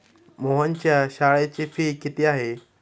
मोहनच्या शाळेची फी किती आहे?